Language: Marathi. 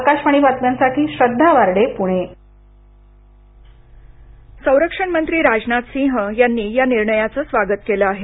आकाशवाणी बातम्यांसाठी श्रद्वा वार्डे पुणे राजनाथ सिंह संरक्षण मंत्री राजनाथ सिंह यांनी या निर्णयाचं स्वागत केलं आहे